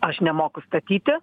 aš nemoku statyti